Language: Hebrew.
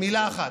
מילה אחת.